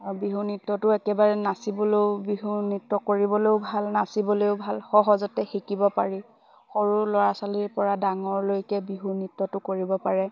আৰু বিহু নৃত্যটো একেবাৰে নাচিবলৈও বিহু নৃত্য কৰিবলেও ভাল নাচিবলেও ভাল সহজতে শিকিব পাৰি সৰু ল'ৰা ছোৱালীৰ পৰা ডাঙৰলৈকে বিহু নৃত্যটো কৰিব পাৰে